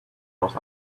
not